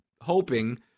hoping